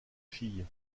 filles